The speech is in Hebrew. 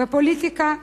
בפוליטיקה צינית,